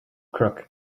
crook